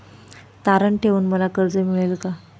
तारण ठेवून मला कर्ज मिळेल का?